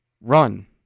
run